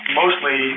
mostly